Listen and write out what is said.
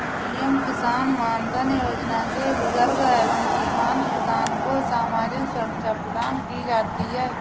PM किसान मानधन योजना से बुजुर्ग एवं सीमांत किसान को सामाजिक सुरक्षा प्रदान की जाती है